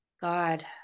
god